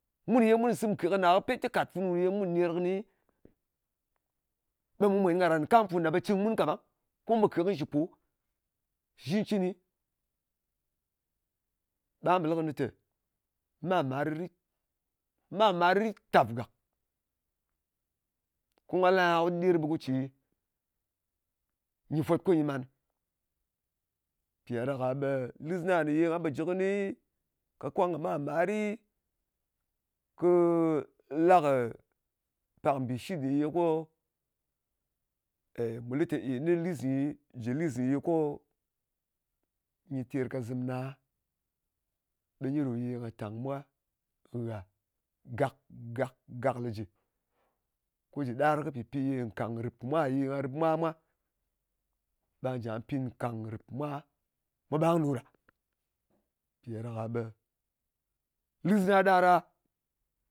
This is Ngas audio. Mun ye mun kɨ sɨm nke kɨnɨ ɗa, pyet kɨ kàt funu ye mun ner kɨni, ɓe mu mwèn ka nràn kɨ kam funu ɗa, ɓe cɨng mun kaɓang, ko mu pò ke kɨnɨ shɨ po. Shɨ cɨncɨni, ɓà pò lɨ kɨnɨ tè, mar-màr rit. Mar-màr rit tàf gàk. Ko nga lɨ aha, ko ɗɨder ɓe go ce nyɨ fwot ko nyɨ man. Mpì ɗa ɗak-a ɓe lɨs na ne nga pò ji kɨni, ka kwang kɨ mar-màrɨ, kɨ la kɨ pak mbìshit ye ko, mù lɨ tè, èy, nɨ lɨs nyi, jɨ lɨs nè ye ko nyɨ terkazɨm na, ɓe nyi ɗo yè nga tàng mwa ngha gàk, gàk, gàk, gàk le jɨ. Ko jɨ ɗar kɨ pɨpi ye nkàng nrɨp kɨ mwa ye nga rɨp mwa mwā. Ɓa njà pin nkàng kɨ rɨp kɨ mwa mwā ɓang ɗo ɗa. Mpì ɗa ɗak-a ɓe lɨs na ɗar a.